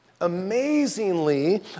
Amazingly